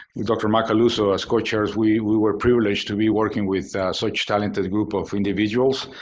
dr. macaluso as co-chairs, we we were privileged to be working with such talented group of individuals.